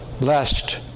lest